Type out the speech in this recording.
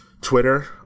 Twitter